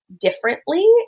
differently